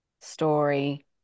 story